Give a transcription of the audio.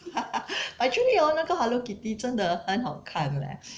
haha actually hor 那个 hello kitty 真的很好看 leh